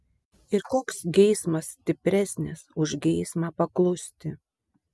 ir koks geismas stipresnis už geismą paklusti